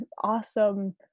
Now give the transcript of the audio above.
awesome